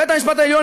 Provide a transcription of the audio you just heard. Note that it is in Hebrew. בית-המשפט העליון,